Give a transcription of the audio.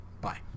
Bye